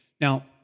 Now